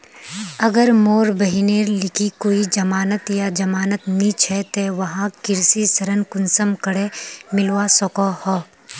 अगर मोर बहिनेर लिकी कोई जमानत या जमानत नि छे ते वाहक कृषि ऋण कुंसम करे मिलवा सको हो?